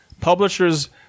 publishers